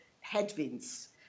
headwinds